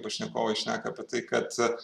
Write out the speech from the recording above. pašnekovai šneka apie tai kad